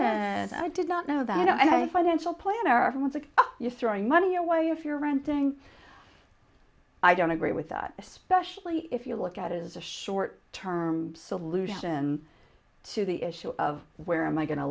did i did not know that i financial planner everyone's like oh you're throwing money away if you're renting i don't agree with that especially if you look at it as a short term solution to the issue of where am i going to